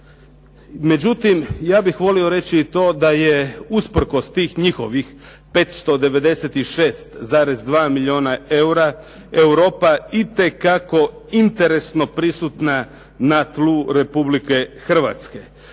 Međutim, ja bih volio reći i to da je usprkos tih njihovih 596,2 milijuna eura Europa itekako interesno prisutna na tlu Republike Hrvatske.